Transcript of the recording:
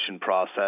process